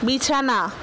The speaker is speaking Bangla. বিছানা